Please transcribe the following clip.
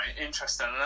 interesting